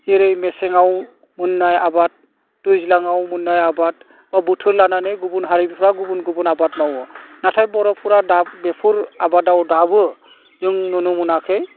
जेरै मेसेङाव मोन्नाय आबाद दैज्लाङाव मोन्नाय आबाद बा बोथोर लानानै गुबुन हारिफ्रा गुबुन गुबुन आबाद मावो नाथाय बर'फोरा दा बेफोर आबादाव दाबो जों नुनो मोनाखै